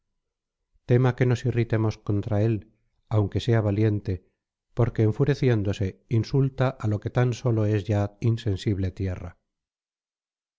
tema que nos irritemos contra él aunque sea valiente porque enfureciéndose insulta á lo que tan sólo es ya insensible tierra